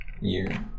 year